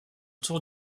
autour